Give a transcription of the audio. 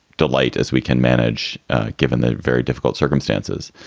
delight as we can manage given the very difficult circumstances.